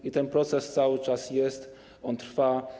I ten proces cały czas jest, on trwa.